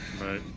right